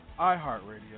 iHeartRadio